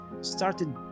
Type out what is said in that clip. started